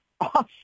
awesome